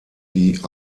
die